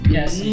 Yes